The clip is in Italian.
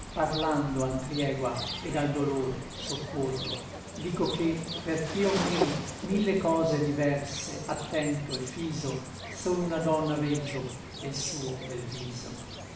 parlando àn triegua et al dolor soccorro dico che perch'io miri mille cose diverse attento et fiso sol una donna veggio e l suo bel viso